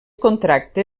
contracte